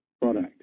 product